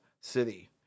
City